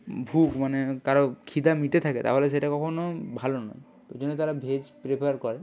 ভুখ মানে কারো ক্ষিদা মিটে থাকে তাহলে সেটা কখনো ভালো নয় ওই জন্য তারা ভেজ প্রেফার করে